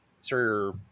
Sir